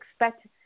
expect